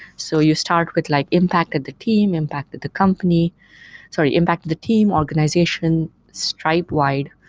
so you start with like impact at the team, impact at the company sorry. impact at the team, organization, stripe-wide,